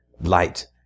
light